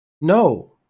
No